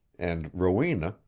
and rowena,